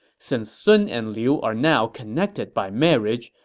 since sun and liu are now connected by marriage,